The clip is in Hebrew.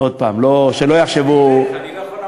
עוד פעם, שלא יחשבו, די, אני הולך.